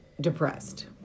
depressed